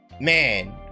man